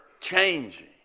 changing